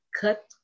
cut